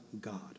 God